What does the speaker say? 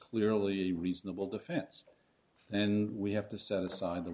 clearly a reasonable defense and we have to set aside the